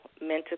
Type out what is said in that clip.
mental